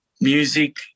music